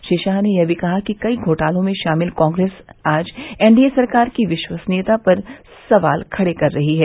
श्री शाह ने यह भी कहा कि कई घोटालों में शामिल कांग्रेस आज एनडीए सरकार की विश्वनीयता पर सवाल खड़े कर रही है